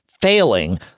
failing